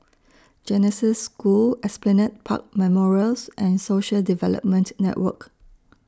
Genesis School Esplanade Park Memorials and Social Development Network